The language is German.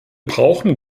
brauchen